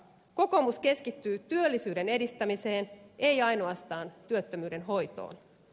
kokoomus keskittyy työllisyyden edistämiseen ei ainoastaan työttömyyden hoitoon